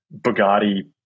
Bugatti